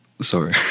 Sorry